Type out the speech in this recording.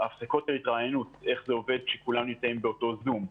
או למשל הפסקות התרעננות איך זה עובד כשכולם נמצאים באותו זום?